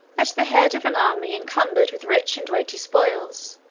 at the head of an army encumbered with rich and weighty spoils,